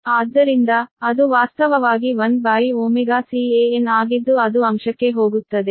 ಆದ್ದರಿಂದ ಅದು ವಾಸ್ತವವಾಗಿ 1Can ಆಗಿದ್ದು ಅದು ಅಂಶಕ್ಕೆ ಹೋಗುತ್ತದೆ